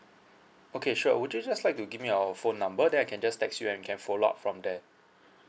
okay sure would you just like to give me your phone number then I can just text you and you can follow up from there